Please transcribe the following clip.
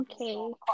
okay